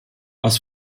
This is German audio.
aus